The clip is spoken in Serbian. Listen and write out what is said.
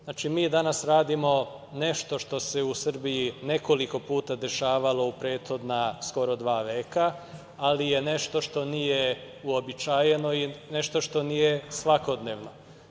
Znači, mi danas radimo nešto što se u Srbiji nekoliko puta dešavalo u prethodna skoro dva veka, ali je nešto što nije uobičajeno i nešto što nije svakodnevno.